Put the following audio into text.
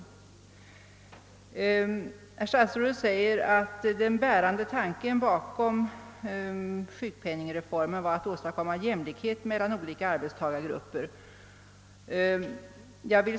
Herr statsrådet säger att den bärande tanken bakom sjukpenningreformen var att åstadkomma jämlikhet mellan olika arbetstagargrupper.